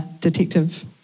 detective